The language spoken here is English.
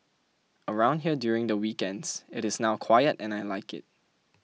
around here during the weekends it is now quiet and I like it